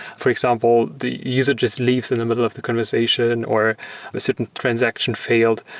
for example, the user just leaves in the middle of the conversation or a certain transaction failed.